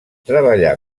treballà